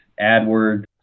AdWords